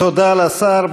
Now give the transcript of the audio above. תודה לשר.